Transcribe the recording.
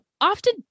often